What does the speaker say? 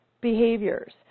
behaviors